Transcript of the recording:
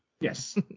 Yes